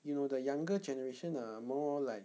you know the younger generation are more like